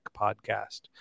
Podcast